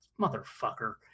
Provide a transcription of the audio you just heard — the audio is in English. Motherfucker